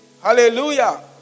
Hallelujah